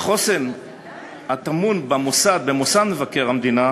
החוסן הטמון במוסד מבקר המדינה